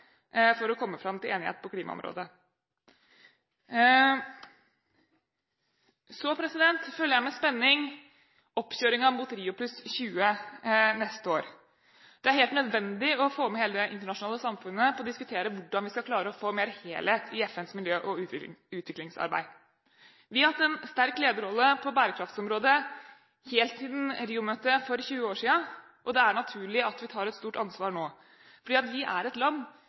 for å komme fram til enighet på klimaområdet. Jeg følger med spenning oppkjøringen mot Rio+20 neste år. Det er helt nødvendig å få hele det internasjonale samfunnet med på å diskutere hvordan vi skal klare å få mer helhet i FNs miljø- og utviklingsarbeid. Vi har hatt en sterk lederrolle på bærekraftsområdet helt siden Rio-møtet for 20 år siden, og det er naturlig at vi tar et stort ansvar nå, for vi er et land